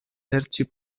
serĉi